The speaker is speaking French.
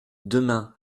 demain